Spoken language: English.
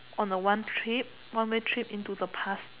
on a one trip one way trip into the past